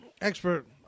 Expert